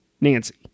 Nancy